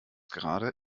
gerade